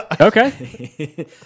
okay